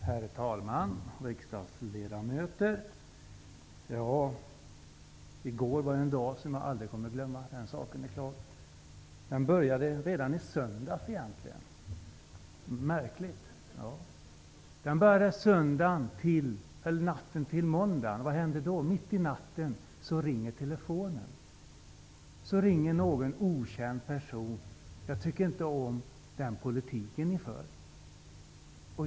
Herr talman! Riksdagens ledamöter! I går var en dag som jag aldrig kommer att glömma; den saken är klar. Den började egentligen redan i söndags, vilket är märkligt. Mitt i natten till måndag ringer telefonen och en okänd person säger: Jag tycker inte om den politik som ni för.